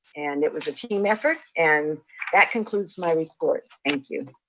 and it was a team effort, and that concludes my report. thank you.